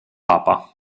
papa